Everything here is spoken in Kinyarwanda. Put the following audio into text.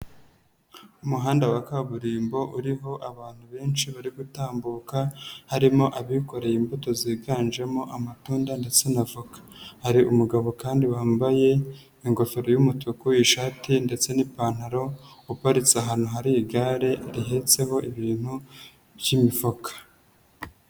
Umuhanda wa kaburimbo uriho abantu benshi bari gutambuka harimo abikoreye imbuto ziganjemo amatunda ndetse na voka, hari umugabo kandi wambaye ingofero y'umutuku, ishati ndetse n'ipantaro uparitse ahantu hari igare rihetseho ibintu by'imifuka.